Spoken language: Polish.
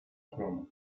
ochronę